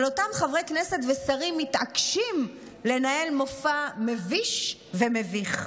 אבל אותם חברי כנסת ושרים מתעקשים לנהל מופע מביש ומביך.